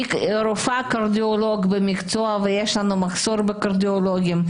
היא רופאה קרדיולוגית במקצועה ויש לנו מחסור בקרדיולוגית,